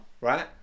right